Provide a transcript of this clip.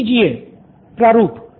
student 6 हां EVGA प्रारूप